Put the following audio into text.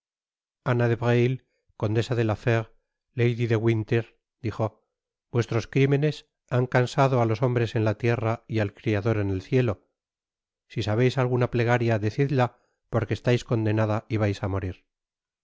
ella anade breuil condesa de lafére lady de winter dijo vuestros crimenes han cansado á los hombres en la tierra y al criador en el cielo si sabeis alguna plegaria decidla porque estais condenada y vais á morir